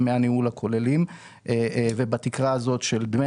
דמי הניהול הכוללים ובתקרה הזאת של דמי